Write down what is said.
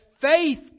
faith